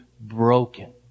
broken